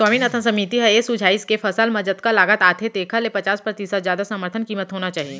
स्वामीनाथन समिति ह ए सुझाइस के फसल म जतका लागत आथे तेखर ले पचास परतिसत जादा समरथन कीमत होना चाही